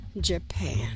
Japan